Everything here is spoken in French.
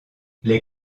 les